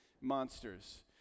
monsters